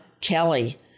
Kelly